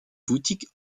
boutique